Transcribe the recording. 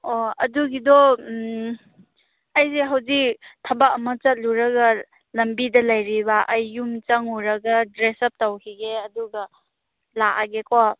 ꯑꯣ ꯑꯗꯨꯒꯤꯗꯣ ꯎꯝ ꯑꯩꯁꯦ ꯍꯧꯖꯤꯛ ꯊꯕꯛ ꯑꯃ ꯆꯠꯂꯨꯔꯒ ꯂꯝꯕꯤꯗ ꯂꯩꯔꯤꯕ ꯑꯩ ꯌꯨꯝ ꯆꯪꯂꯨꯔꯒ ꯗ꯭ꯔꯦꯁ ꯑꯞ ꯇꯧꯈꯤꯒꯦ ꯑꯗꯨꯒ ꯂꯥꯛꯂꯒꯦꯀꯣ